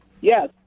Yes